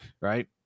right